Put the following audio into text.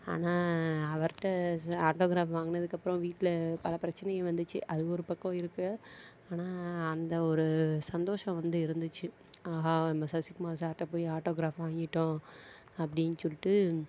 ஆனால் அவர்கிட்ட ஆட்டோகிராப் வாங்கினதுக்கப்பறம் வீட்டில் பல பிரச்சனைகள் வந்துச்சு அது ஒரு பக்கம் இருக்க ஆனால் அந்த ஒரு சந்தோஷம் வந்து இருந்துச்சு ஆஹா நம்ம சசி குமார் சார்கிட்ட போய் ஆட்டோகிராப் வாங்கிவிட்டோம் அப்படினு சொல்லிவிட்டு